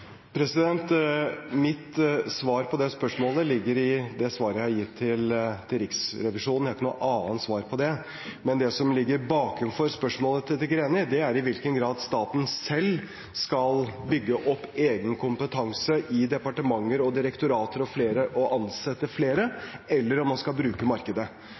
Mitt svar på det spørsmålet ligger i svaret jeg har gitt til Riksrevisjonen, jeg har ikke noe annet svar på det. Men det som ligger bak spørsmålet fra Greni, er i hvilken grad staten selv skal bygge opp egen kompetanse i departement og direktorat og ansette flere – eller om man heller skal bruke markedet.